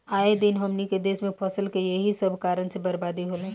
आए दिन हमनी के देस में फसल के एही सब कारण से बरबादी होला